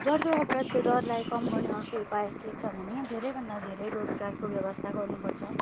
बढ्दो अपराधको दरलाई कम गर्ने अर्को उपाय के छ भने धेरैभन्दा धेरै रोजगारको व्यवस्था गर्नुपर्छ